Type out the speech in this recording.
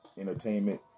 entertainment